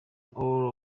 all